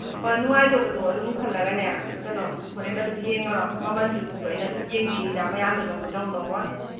ꯍꯣꯏ ꯅꯨꯡꯉꯥꯏꯗꯧꯕꯗꯨ ꯑꯗꯨꯝ ꯈꯜꯂꯒꯅꯦ ꯀꯩꯅꯣ ꯍꯣꯔꯦꯟ ꯑꯗꯨꯝ ꯌꯦꯡꯉꯔꯣ ꯃꯃꯟꯗꯨꯁꯨ ꯑꯩꯅ ꯑꯗꯨꯝ ꯌꯦꯡꯕꯤꯅꯤꯗ ꯃꯌꯥꯝꯅ ꯂꯧꯕꯗꯧ ꯂꯧꯔꯣꯏ